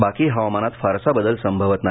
बाकी हवामानात फारसा बदल संभवत नाही